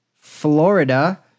Florida